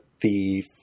thief